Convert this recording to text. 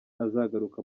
azagaruka